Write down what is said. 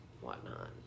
whatnot